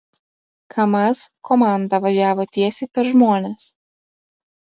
kamaz komanda važiavo tiesiai per žmones